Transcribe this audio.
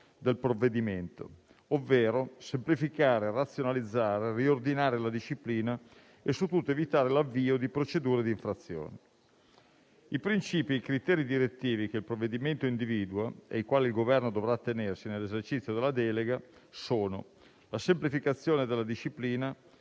del provvedimento ovvero semplificare, razionalizzare, riordinare la disciplina e, su tutto, evitare l'avvio di procedure di infrazione. I principi e i criteri direttivi, che il provvedimento individua e ai quali il Governo dovrà attenersi nell'esercizio della delega, sono: la semplificazione della disciplina,